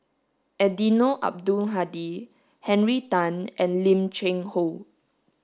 Eddino Abdul Hadi Henry Tan and Lim Cheng Hoe